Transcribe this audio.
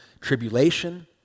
Tribulation